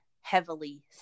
heavily